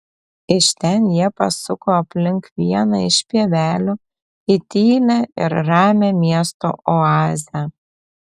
iš ten jie pasuko aplink vieną iš pievelių į tylią ir ramią miesto oazę